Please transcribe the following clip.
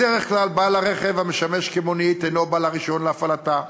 בדרך כלל בעל הרכב המשמש כמונית אינו בעל הרישיון להפעלתה.